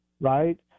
Right